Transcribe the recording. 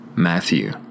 Matthew